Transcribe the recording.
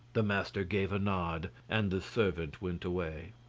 the master gave a nod and the servant went away.